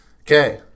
Okay